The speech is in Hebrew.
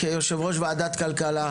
כיושב-ראש וועדת הכלכלה,